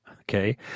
okay